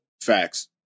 Facts